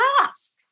ask